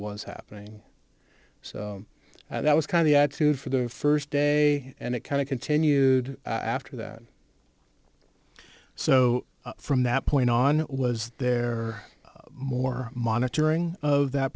was happening so that was kind of the attitude for the first day and it kind of continued after that so from that point on was there more monitoring of that